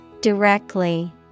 Directly